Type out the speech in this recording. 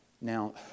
Now